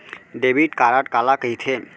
Debit card काला कहिथे?